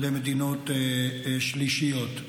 למדינות שלישיות.